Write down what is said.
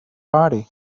party